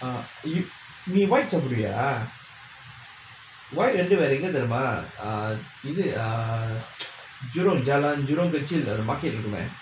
err நீ:nee white சாப்புடுவியா:saapuduviyaa white வந்து வேற எங்க தெரியுமா:vanthu vera engga teriyumaa err இது:ithu err jurong jalan jurong kechil the market இருக்குமே:irukkumae